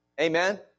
Amen